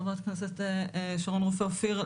חברת הכנסת שרון רופא אופיר,